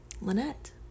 lynette